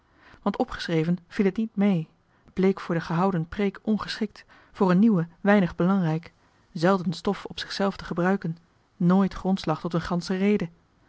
want opgeschreven viel het niet mee bleek voor de gehouden preek ongeschikt voor een nieuwe weinig belangrijk zelden stof op zichzelf te gebruiken nooit grondslag tot een gansche rede